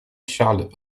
charles